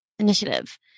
initiative